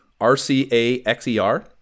R-C-A-X-E-R